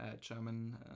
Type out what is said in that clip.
German